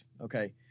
okay